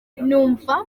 numva